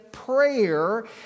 Prayer